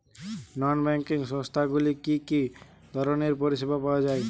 নন banking সংস্থা গুলিতে কি কি ধরনের পরিসেবা পাওয়া য়ায়?